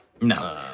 No